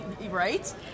Right